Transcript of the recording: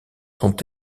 sont